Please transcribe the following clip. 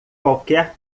qualquer